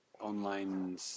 online